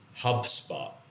HubSpot